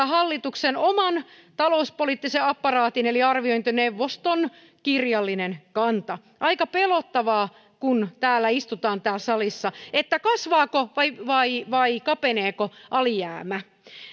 hallituksen oman talouspoliittisen apparaatin eli arviointineuvoston kirjallinen kanta aika pelottavaa kun istutaan täällä salissa kasvaako vai vai kapeneeko alijäämä